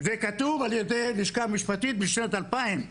זה כתוב על ידי הלשכה המשפטית בשנת 2000,